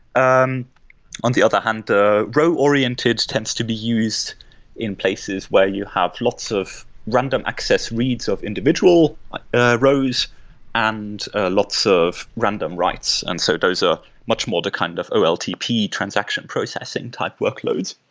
um on the other hand, row oriented tends to be used in places where you have lots of random access reads of individual rows and lots of random writes, and so those are much more the kind of oltp transaction processing type workloads.